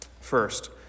First